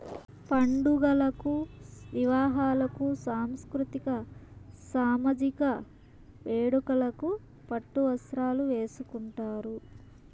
పండుగలకు వివాహాలకు సాంస్కృతిక సామజిక వేడుకలకు పట్టు వస్త్రాలు వేసుకుంటారు